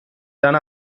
dann